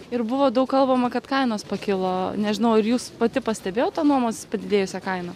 ir buvo daug kalbama kad kainos pakilo nežinau ar jūs pati pastebėjote nuomos padidėjusią kainą